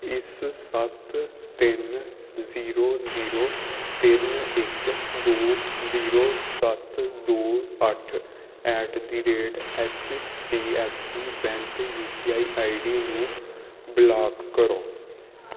ਇਸ ਸੱਤ ਤਿੰਨ ਜ਼ੀਰੋ ਜ਼ੀਰੋ ਤਿੰਨ ਇੱਕ ਦੋ ਜ਼ੀਰੋ ਸੱਤ ਦੋ ਅੱਠ ਐਟ ਦੀ rate H D F C bank U P I I D ਨੂੰ ਬਲਾਕ ਕਰੋ